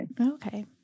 Okay